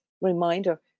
reminder